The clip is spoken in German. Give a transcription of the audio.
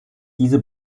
diese